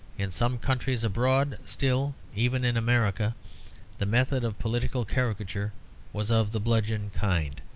in some countries abroad still, even in america the method of political caricature was of the bludgeon kind.